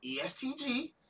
ESTG